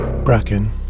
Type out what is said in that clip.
Bracken